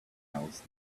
else